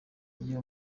iyo